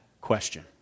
question